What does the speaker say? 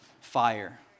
fire